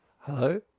Hello